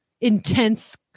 intense